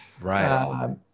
Right